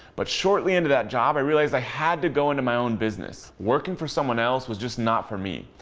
but shortly into that job, i realized i had to go into my own business. working for someone else was just not for me.